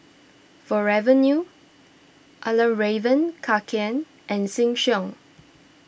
Forever New Fjallraven Kanken and Sheng Siong